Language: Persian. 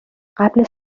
قبل